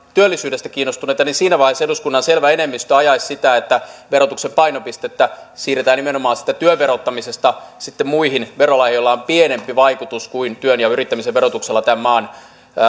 työllisyydestä kiinnostuneita niin siinä vaiheessa eduskunnan selvä enemmistö ajaisi sitä että verotuksen painopistettä siirretään nimenomaan työn verottamisesta muihin verolajeihin joilla on pienempi vaikutus kuin työn ja yrittämisen verotuksella tämän maan